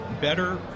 better